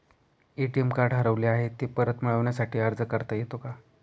ATM card हरवले आहे, ते परत मिळण्यासाठी अर्ज करता येतो का?